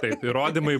taip įrodymai